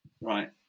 right